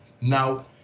Now